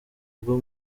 bwo